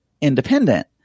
independent